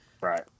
right